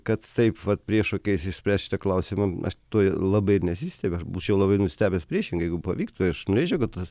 kad taip vat priešokiais išspręsti klausimą aš to labai ir nesistebiu aš būčiau labai nustebęs priešingai jeigu pavyktų aš norėčiau kad tas